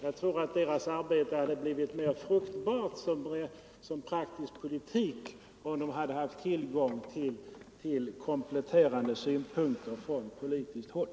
Jag tror att gruppens arbete hade blivit mera fruktbart i den praktiska politiken om man hade haft tillgång till kompletterande synpunkter från politiskt håll.